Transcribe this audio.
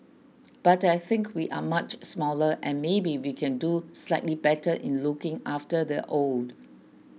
but I think we are much smaller and maybe we can do slightly better in looking after the old